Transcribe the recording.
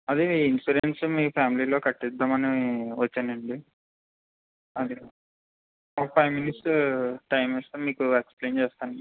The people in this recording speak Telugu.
అది ఇన్సూరెన్స్ మీ ఫ్యామిలీలో కట్టిద్దామని వచ్చానండి అది ఒక ఫైవ్ మినిట్స్ టైం ఇస్తే మీకు ఎక్స్ప్లెయిన్ చేస్తానండి